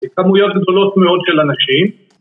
‫כמויות גדולות מאוד של אנשים.